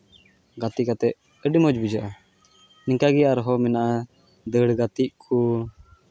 ᱜᱟᱛᱮ ᱠᱟᱛᱮᱫ ᱟᱹᱰᱤ ᱢᱚᱡᱽ ᱵᱩᱡᱷᱟᱹᱜᱼᱟ ᱱᱤᱝᱠᱟ ᱜᱮ ᱟᱨᱦᱚᱸ ᱢᱮᱱᱟᱜᱼᱟ ᱫᱟᱹᱲ ᱜᱟᱛᱮᱜ ᱠᱚ